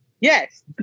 Yes